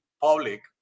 public